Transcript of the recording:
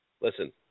listen